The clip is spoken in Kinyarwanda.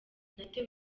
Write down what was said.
natewe